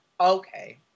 okay